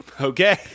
Okay